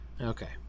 okay